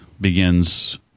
begins